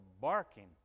barking